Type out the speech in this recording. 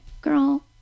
girl